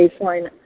baseline